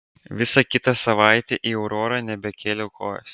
visą kitą savaitę į aurorą nebekėliau kojos